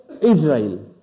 Israel